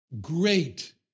great